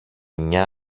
μια